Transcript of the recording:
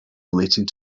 relating